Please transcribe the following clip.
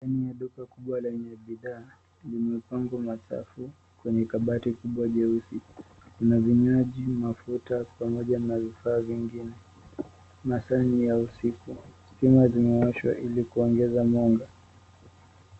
Kwenye duka kubwa lenye bidhaa limepangwa masafu kwenye kabati kubwa jeusi. Lina vinywaji ,mafuta pamoja na vifaa vinigine, masaa ni ya usiku stima imewashwa ili kuongeza mwanga.